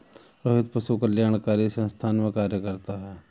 रोहित पशु कल्याणकारी संस्थान में कार्य करता है